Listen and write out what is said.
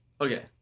Okay